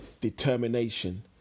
determination